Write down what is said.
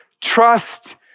trust